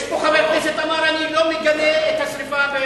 יש פה חבר כנסת שאמר: אני לא מגנה את השרפה.